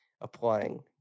applying